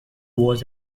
was